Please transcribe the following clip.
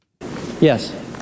Yes